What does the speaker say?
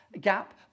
gap